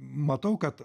matau kad